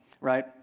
right